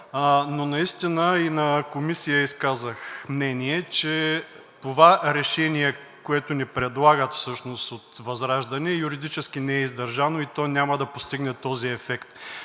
Но наистина – и на Комисията изказах мнение, че това решение, което ни предлагат от ВЪЗРАЖДАНЕ, юридически не е издържано и то няма да постигне този ефект.